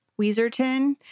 Weezerton